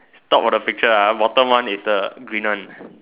top of the picture ah bottom one is the green one